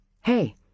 hey